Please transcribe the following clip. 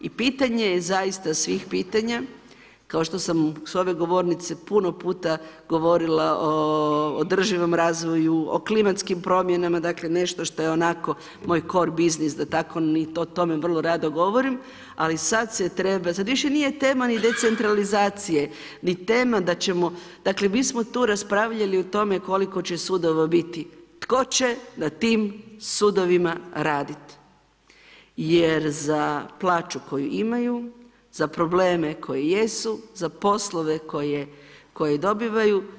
I pitanje je zaista svih pitanja kao što sam s ove govornice puno puta govorila o održivom razvoju, o klimatskim promjenama, dakle nešto što je onako moj core biznis da tako vrlo rado govorim, ali sad više nije tema ni decentralizacije, ni tema da ćemo, dakle mi smo tu raspravljali o tome koliko će sudova biti, tko će na tim sudovima raditi jer za plaću koju imaju, za probleme koji jesu, za poslove koje dobivaju.